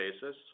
basis